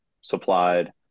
supplied